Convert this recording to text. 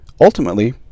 Ultimately